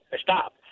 stop